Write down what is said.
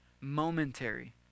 momentary